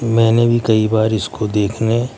میں نے بھی کئی بار اس کو دیکھنے